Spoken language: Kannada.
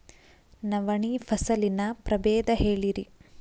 ನವಣಿ ಫಸಲಿನ ಪ್ರಭೇದ ಹೇಳಿರಿ